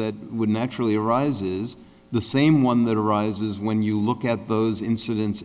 that would naturally arises the same one that arises when you look at those incidents